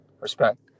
Respect